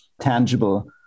tangible